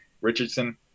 Richardson